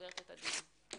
הישיבה נעולה.